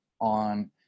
on